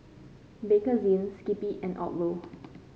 Bakerzin Skippy and Odlo